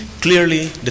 clearly